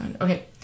okay